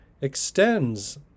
extends